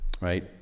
right